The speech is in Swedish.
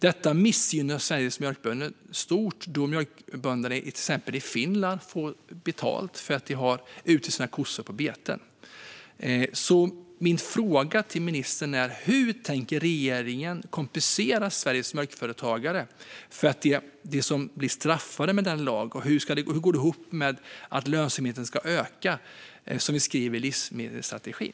Detta missgynnar Sveriges mjölkbönder stort, då mjölkbönderna i till exempel Finland får betalt för att de har sina kossor ute på bete. Hur tänker regeringen kompensera Sveriges mjölkföretagare, som blir straffade genom denna lag? Och hur går detta ihop med att lönsamheten ska öka, som det står skrivet i livsmedelsstrategin?